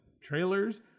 trailers